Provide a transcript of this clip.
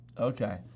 Okay